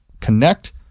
Connect